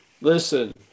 listen